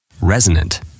resonant